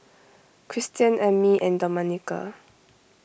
Christian Ammie and Domenica